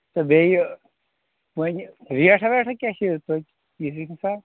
تہٕ بیٚیہِ وَنہِ ریٹ ویٹہ کیٛاہ چھِ یہِ تُہۍ